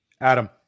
Adam